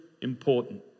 important